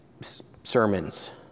sermons